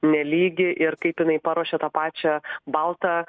nelygi ir kaip jinai paruošia tą pačią baltą